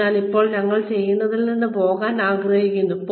അതിനാൽ ഇപ്പോൾ ഞങ്ങൾ ചെയ്യുന്നതിൽ നിന്ന് പോകാൻ ഞങ്ങൾ ആഗ്രഹിക്കുന്നു